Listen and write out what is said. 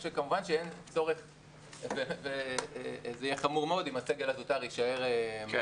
כך שכמובן זה יהיה חמור מאוד אם הסגל הזוטר יישאר מאחור.